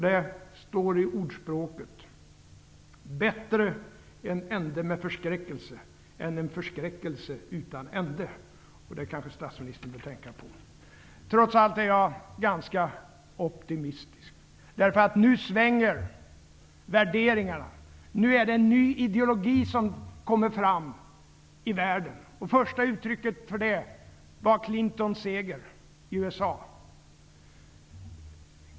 Det står i ordspråket: Bättre en ände med förskräckelse, än en förskräckelse utan ände. Det kanske statsministern bör tänka på. Trots allt är jag ganska optimistisk, för nu svänger värderingarna. Nu kommer en ny ideologi fram i världen. Första uttrycket för det var Clintons seger i USA.